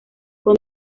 con